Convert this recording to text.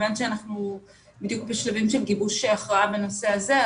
מכיוון שאנחנו בדיוק בשלבים של גיבוש הכרעה בנושא הזה,